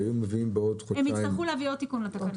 והיו מביאים בעוד חודשיים --- הם יצטרכו להביא עוד תיקון לתקנות.